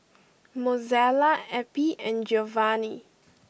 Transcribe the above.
Mozella Eppie and Giovani